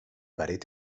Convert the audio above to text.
pared